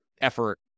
effort